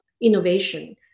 innovation